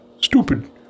stupid